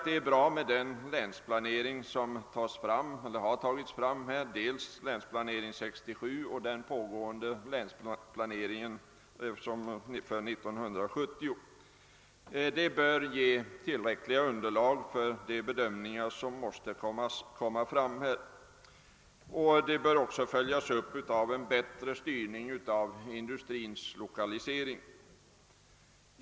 Det är bra med de länsplaneringar som tagits upp, dels länsplanering 1967 och dels det pågående länsprogram 1970. Dessa bör ge tillräckliga underlag för de bedömningar som måste göras. De bör också följas upp av en bättre styrning av industrins lokalisering.